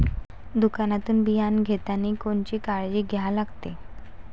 दुकानातून बियानं घेतानी कोनची काळजी घ्या लागते?